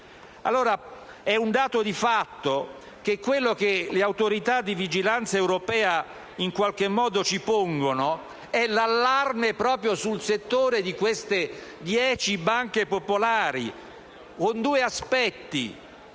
È un dato di fatto che quello che le autorità di vigilanza europea in qualche modo ci segnalano è proprio l'allarme sul settore di queste dieci banche popolari, con riferimento